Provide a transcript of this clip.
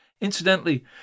Incidentally